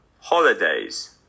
holidays